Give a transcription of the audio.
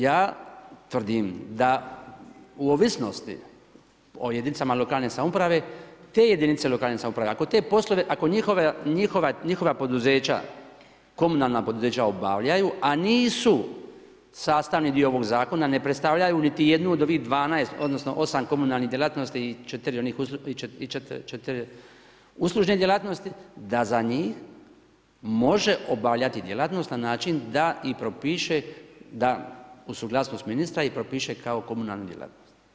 Ja tvrdim da u ovisnosti o jedinicama lokalne samouprave te jedinice lokalne samouprave, ako te poslove, ako njihova poduzeća komunalna poduzeća obavljaju a nisu sastavni dio ovog zakona, ne predstavljaju niti jednu od ovih 12, odnosno 8 komunalnih djelatnosti i 4 uslužne djelatnosti da za njih može obavljati djelatnost na način da i propiše da uz suglasnost ministra i propiše kao komunalnu djelatnost.